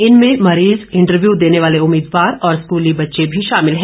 इनमें मरीज इंटरव्यू देने वाले उम्मीदवार और स्कूली बच्चे भी शामिल हैं